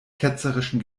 ketzerischen